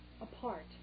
apart